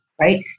right